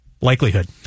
Likelihood